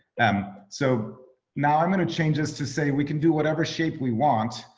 um so now i'm gonna change this to say, we can do whatever shape we want.